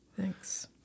Thanks